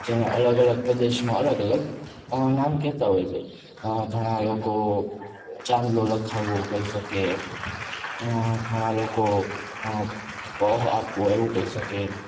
જેને અલગ અલગ પ્રદેશમાં અલગ અલગ નામ કેતા હોય છે ઘણા લોકો ચાંદલો લખાવો કહી શકે ઘણા લોકો પહ આપવો એવું કઈ શકે